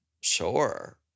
Sure